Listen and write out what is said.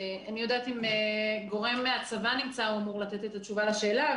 אם נמצא גורם מהצבא הוא אמור לתת את התשובה לשאלה.